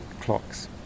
clocks